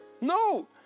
No